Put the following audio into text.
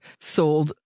sold